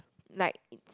like it's